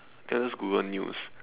just go Google news